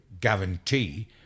guarantee